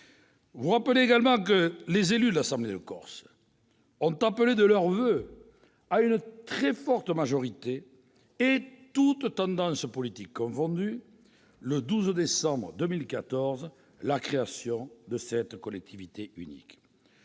vous rappelle en outre que les élus de l'Assemblée de Corse ont appelé de leurs voeux à une très forte majorité ... À 80 %!... et toutes tendances politiques confondues, le 12 décembre 2014, à la création de cette collectivité unique.